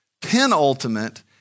Penultimate